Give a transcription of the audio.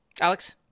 Alex